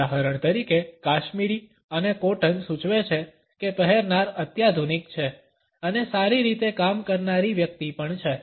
ઉદાહરણ તરીકે કાશ્મીરી અને કોટન સૂચવે છે કે પહેરનાર અત્યાધુનિક છે અને સારી રીતે કામ કરનારી વ્યક્તિ પણ છે